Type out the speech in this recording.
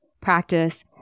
practice